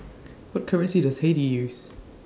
What currency Does Haiti use